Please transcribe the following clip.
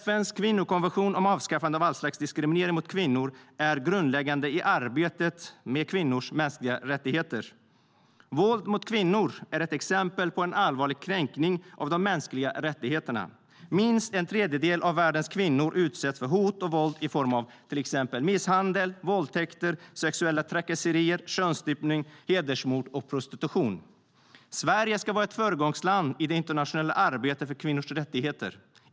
FN:s kvinnokonvention om avskaffande av all slags diskriminering mot kvinnor är grundläggande i arbetet med kvinnors mänskliga rättigheter. Våld mot kvinnor är ett exempel på en allvarlig kränkning av de mänskliga rättigheterna. Minst en tredjedel av världens kvinnor utsätts för hot och våld i form av till exempel misshandel, våldtäkter, sexuella trakasserier, könsstympning, hedersmord och prostitution. Sverige ska vara ett föregångsland i det internationella arbetet för kvinnors rättigheter.